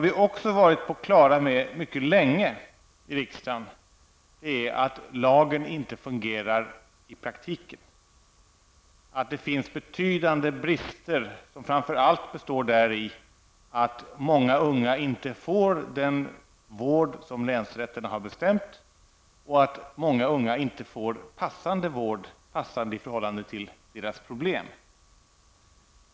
I riksdagen har vi också mycket länge varit på det klara med att lagen inte fungerar i praktiken. Det finns betydande brister som framför allt består däri att många unga inte får den vård som länsrätten har bestämt och att många unga inte får vård som passar med tanke på deras problem.